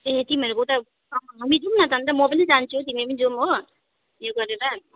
ए तिमाहरूको उता हामी जाउँ न त अन्त म पनि जान्छु तिमी पनि जाउँ हो यो गरेर